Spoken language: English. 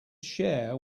share